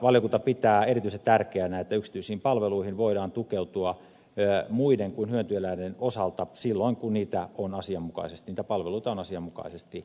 valiokunta pitää erityisen tärkeänä että yksityisiin palveluihin voidaan tukeutua muiden kuin hyötyeläinten osalta silloin kun niitä palveluita on asianmukaisesti saatavilla